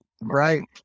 right